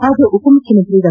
ಆಗ ಉಪಮುಖ್ಯಮಂತ್ರಿ ಡಾ